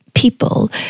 people